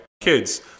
Kids